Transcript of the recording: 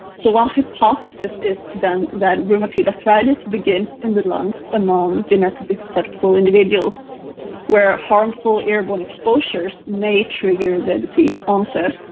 so one hypothesis is then that rheumatoid arthritis begins in the lungs among genetically susceptible individuals where harmful airborne exposures may trigger the disease onset.